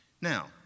Now